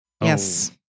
Yes